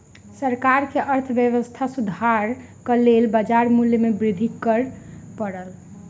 सरकार के अर्थव्यवस्था सुधारक लेल बाजार मूल्य में वृद्धि कर पड़ल